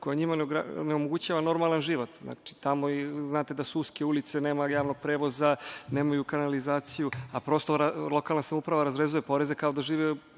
koja njima ne omogućava normalan život. Znate da su tamo uske ulice, nema javnog prevoza, nemaju kanalizaciju, a prosto lokalna samouprava razrezuje poreze kao da žive